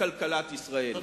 לכלכלת ישראל.